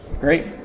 Great